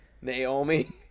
Naomi